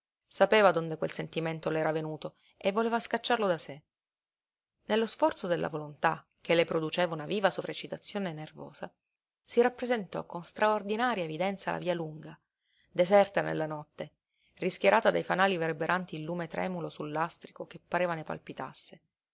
sapeva donde quel sentimento le era venuto e voleva scacciarlo da sé nello sforzo della volontà che le produceva una viva sovreccitazione nervosa si rappresentò con straordinaria evidenza la via lunga deserta nella notte rischiarata dai fanali verberanti il lume tremulo sul lastrico che pareva ne palpitasse